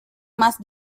más